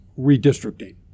redistricting